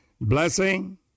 Blessing